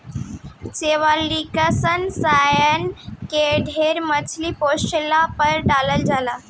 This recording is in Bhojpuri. शैवालनाशक रसायन के ढेर मछली पोसला पर डालल जाला